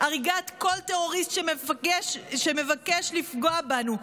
הריגת כל טרוריסט שמבקש לפגוע בנו,